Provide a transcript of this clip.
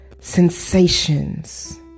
sensations